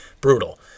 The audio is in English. brutal